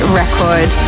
record